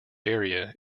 area